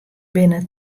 binne